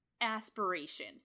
aspiration